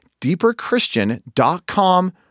deeperchristian.com